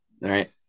right